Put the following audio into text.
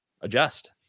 Adjust